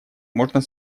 можно